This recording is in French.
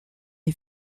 est